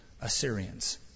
Assyrians